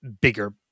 bigger